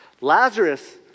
Lazarus